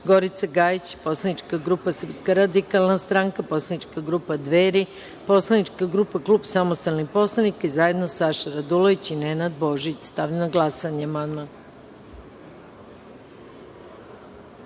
Gorica Gajić, poslanička grupa SRS, poslanička grupa Dveri, poslanička grupa Klub samostalnih poslanika i zajedno Saša Radulović i Nenad Božić. Stavljam na glasanje